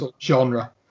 genre